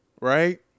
right